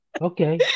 okay